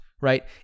right